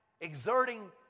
exerting